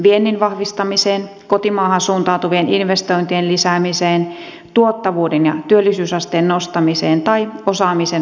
viennin vahvistamiseen kotimaahan suuntautuvien investointien lisäämiseen tuottavuuden ja työllisyysasteen nostamiseen tai osaamisen vahvistamiseen